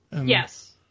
Yes